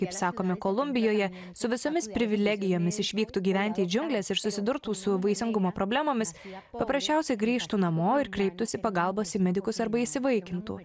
kaip sakoma kolumbijoje su visomis privilegijomis išvyktų gyventi į džiungles ir susidurtų su vaisingumo problemomis paprasčiausiai grįžtų namo ir kreiptųsi pagalbos į medikus arba įsivaikintų